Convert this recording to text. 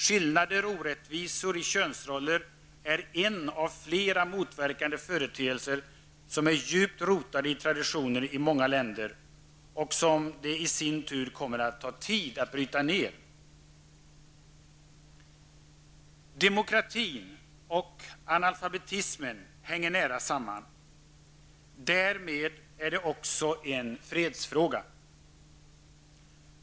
Skillnader och orättvisor i könsroller är en av flera motverkande företeelser som är djupt rotade i traditioner i många länder och som det i sin tur kommer att ta tid att bryta ned. Demokratin och analfabetismen hänger nära samman. Därmed är det också en fredsfråga.